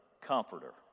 comforter